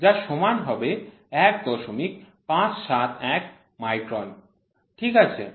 যা সমান হবে ১৫৭১ মাইক্রন ঠিক আছে